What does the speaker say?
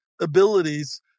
abilities